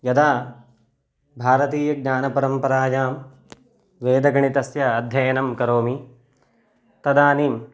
यदा भारतीयज्ञानपरम्परायां वेदगणितस्य अध्ययनं करोमि तदानीम्